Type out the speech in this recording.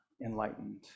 enlightened